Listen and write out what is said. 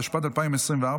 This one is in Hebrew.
התשפ"ד 2024,